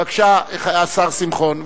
בבקשה, השר שמחון.